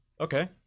Okay